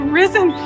risen